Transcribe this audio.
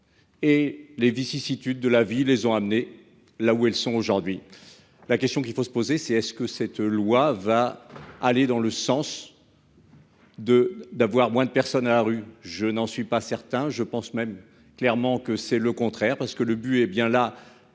Et les vicissitudes de la vie les ont amenés là où elles sont aujourd'hui. La question qu'il faut se poser c'est, est-ce que cette loi va aller dans le sens. De d'avoir moins de personnes à la rue. Je n'en suis pas certain, je pense même clairement que c'est le contraire parce que le but est bien là,